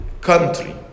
country